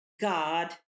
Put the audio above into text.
God